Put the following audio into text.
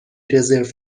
رزرو